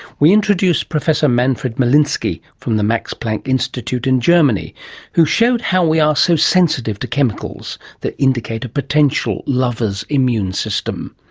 we introduced professor manfred milinski from the max planck institute in germany who showed how we are so sensitive to chemicals that indicate a potential lover's immune system.